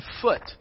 foot